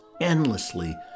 endlessly